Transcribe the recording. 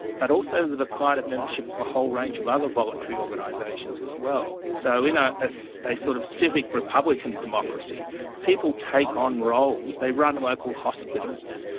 but also the decline of membership of a whole range of other voluntary organisations as well. so in ah a sort of civic republican democracy people take on roles, they run local hospitals,